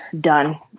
done